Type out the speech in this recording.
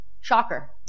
Shocker